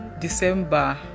december